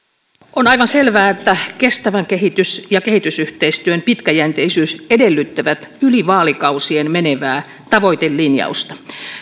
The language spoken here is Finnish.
on aivan selvää että kestävä kehitys ja kehitysyhteistyön pitkäjänteisyys edellyttävät yli vaalikausien menevää tavoitelinjausta